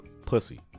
pussy